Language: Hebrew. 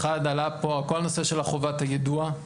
אחד עלה פה כל הנושא של חובת היידוע,